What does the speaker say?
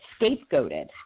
scapegoated